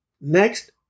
Next